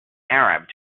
arab